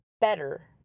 better